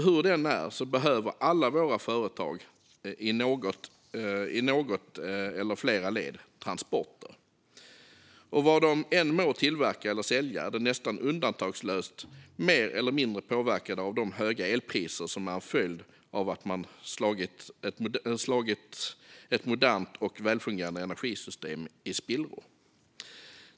Hur det än är behöver nämligen alla våra företag i något eller flera led transporter, och vad de än må tillverka eller sälja är de nästan undantagslöst mer eller mindre påverkade av de höga elpriser som är en följd av att man slagit ett modernt och välfungerande energisystem i spillror.